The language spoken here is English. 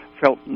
felt